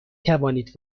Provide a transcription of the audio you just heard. توانید